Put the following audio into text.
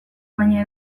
baina